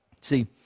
See